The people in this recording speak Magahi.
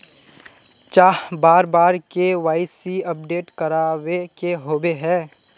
चाँह बार बार के.वाई.सी अपडेट करावे के होबे है?